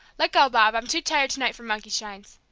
let go, bob i'm too tired to-night for monkey shines!